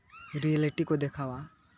reality ᱠᱚ ᱫᱮᱠᱷᱟᱣᱟ